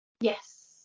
Yes